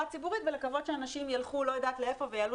ציבורית ולקוות שאנשים ילכו לא יודעת לאיפה ויעלו